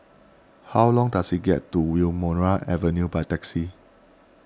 how long does it get to Wilmonar Avenue by taxi